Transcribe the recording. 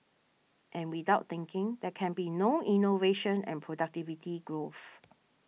and without thinking there can be no innovation and productivity growth